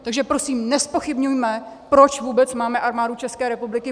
Takže prosím nezpochybňujme, proč vůbec máme Armádu České republiky.